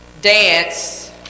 dance